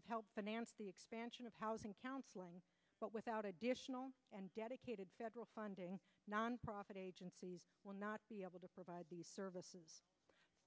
to help finance the expansion of housing counseling but without additional dedicated federal funding nonprofit agency will not be able to provide these services